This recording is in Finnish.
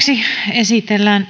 esitellään